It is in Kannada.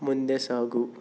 ಮುಂದೆ ಸಾಗು